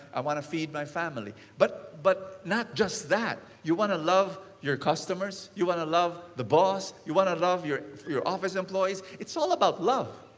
i want to feed my family. but but not just that, you want to love your customers. you want to love the boss. you want to love your your office employees it's all about love.